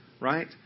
Right